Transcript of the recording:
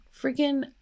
freaking